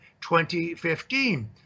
2015